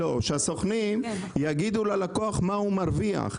שהסוכנים יגידו ללקוח מה הוא מרוויח.